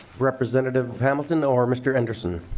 representative hamilton or mr. anderson.